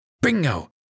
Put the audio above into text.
Bingo